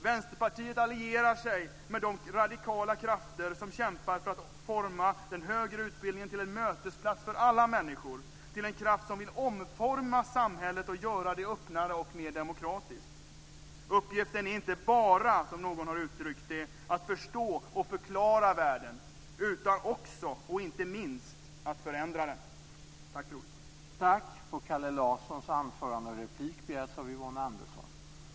Vänsterpartiet allierar sig med de radikala krafter som kämpar för att forma den högre utbildningen till en mötesplats för alla människor, till en kraft som vill omforma samhället och göra det öppnare och mer demokratiskt. Uppgiften är inte bara, som någon har uttryckt det, att förstå och förklara världen utan också, och inte minst, att förändra den.